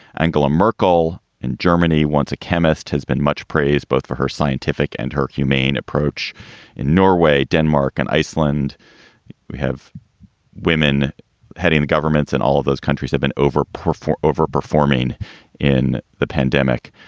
angela merkel in germany wants a chemist has been much praised both for her scientific and her humane approach in norway. denmark and iceland have women heading the governments and all of those countries have been overperform overperforming in the pandemic.